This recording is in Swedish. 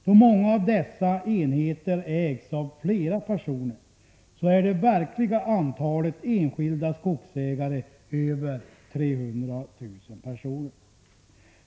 Då många av dessa enheter ägs av flera personer, är det verkliga antalet enskilda skogsägare över 300 000.